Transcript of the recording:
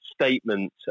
statement